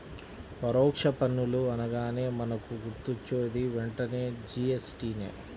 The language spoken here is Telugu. పరోక్ష పన్నులు అనగానే మనకు గుర్తొచ్చేది వెంటనే జీ.ఎస్.టి నే